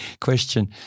question